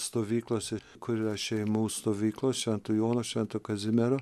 stovyklose kurios šeimų stovyklose jono švento kazimiero